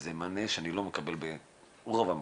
וזה מענה שאני לא מקבל ברוב המקומות.